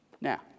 now